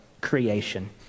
creation